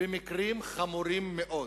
במקרים חמורים מאוד.